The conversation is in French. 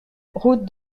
route